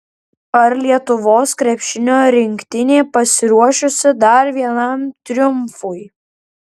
ar lietuvos krepšinio rinktinė pasiruošusi dar vienam triumfui